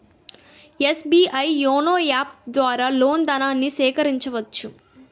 SBI YONO app ద్వారా loan ధనాన్ని సేకరించవచ్చు